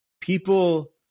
people